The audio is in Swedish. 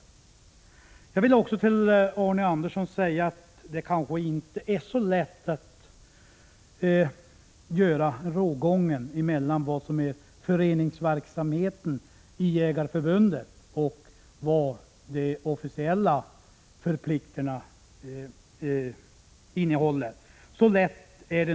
Till Arne Andersson i Ljung vill jag säga att det kanske inte är så lätt att dra rågången mellan vad som är föreningsverksamhet i Svenska jägareförbundet och vad de officiella förpliktelserna innehåller.